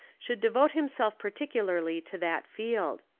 should devote himself particularly to that field.